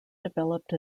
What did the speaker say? developed